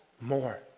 more